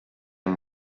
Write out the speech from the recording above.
amb